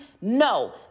No